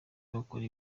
bakora